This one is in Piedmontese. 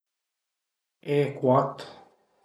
E cuat